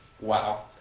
Wow